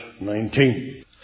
19